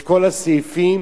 כל הסעיפים